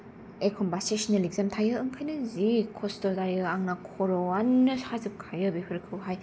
एखनबा सेसनेल एग्जाम थायो ओंखाइनो जि खस्त' जायो आंना खर'आनो साजोबखायो बेफोरखौ हाय